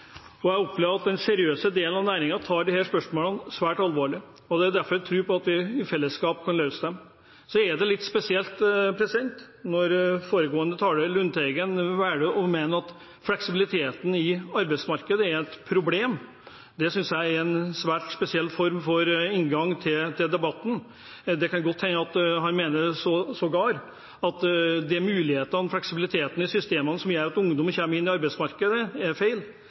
Jeg opplever at den seriøse delen av næringen tar disse spørsmålene svært alvorlig. Det er derfor jeg tror på at vi i fellesskap kan løse dem. Så er det litt spesielt når foregående taler Lundteigen velger å mene at fleksibiliteten i arbeidsmarkedet er et problem. Det synes jeg er en svært spesiell inngang til debatten. Det kan godt hende han sågar mener at mulighetene og fleksibiliteten i systemene som gjør at ungdom kommer inn i arbeidsmarkedet, er feil.